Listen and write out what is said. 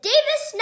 Davis